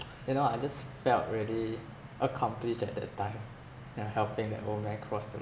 you know I just felt really accomplished at that time that I'm helping that old man cross the road